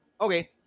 Okay